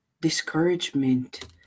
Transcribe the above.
discouragement